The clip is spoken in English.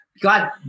God